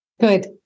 good